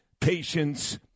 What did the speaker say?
patience